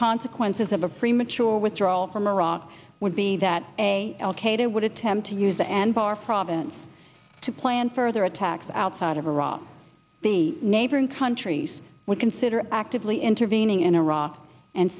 consequences of a premature withdrawal from iraq would be that elkader would attempt to use and far province to plan further attacks outside of iraq the neighboring countries would consider actively intervening in iraq and